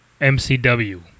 MCW